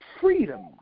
freedom